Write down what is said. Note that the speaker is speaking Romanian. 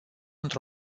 într